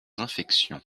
infections